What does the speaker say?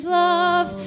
love